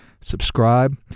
Subscribe